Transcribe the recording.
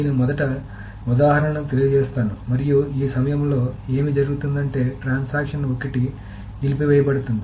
నేను మొదట ఉదాహరణను తెలియజేస్తాను మరియు ఈ సమయంలో ఏమి జరుగు తుందంటే ట్రాన్సాక్షన్ ఒకటి నిలిపివేయబడుతుంది